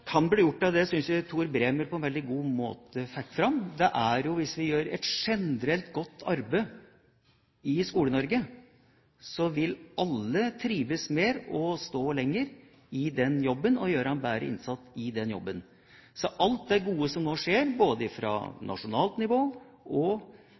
kan bli gjort, synes jeg Tor Bremer fikk fram på en veldig god måte. Hvis vi gjør et generelt godt arbeid i Skole-Norge, så vil alle trives mer, stå lenger i den jobben, og gjøre en bedre innsats der. Alt det gode som nå skjer, både